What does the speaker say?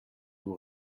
vous